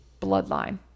bloodline